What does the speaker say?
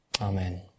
Amen